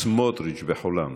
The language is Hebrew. סמוטריץ' בחולם.